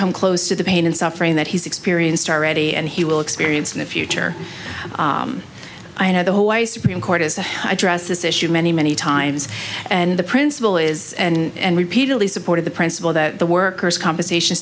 come close to the pain and suffering that he's experienced already and he will experience in the future i know the hawaii supreme court has addressed this issue many many times and the principle is and repeatedly supported the principle that the workers compensation